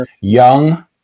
young